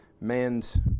man's